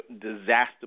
disaster